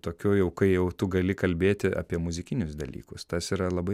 tokiu jau kai jau tu gali kalbėti apie muzikinius dalykus tas yra labai